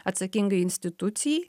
atsakingai institucijai